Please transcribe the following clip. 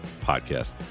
Podcast